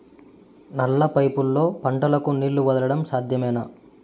నల్ల పైపుల్లో పంటలకు నీళ్లు వదలడం సాధ్యమేనా?